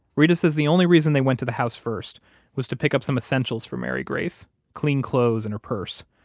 reta says the only reason they went to the house first was to pick up some essentials for mary grace clean clothes and her purse.